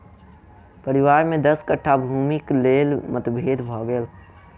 परिवार में दस कट्ठा भूमिक लेल मतभेद भ गेल